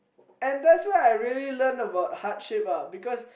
and that's what I really learn about hardship ah because